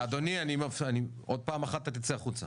אדוני, עוד פעם אחת אתה תצא החוצה.